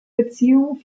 beziehung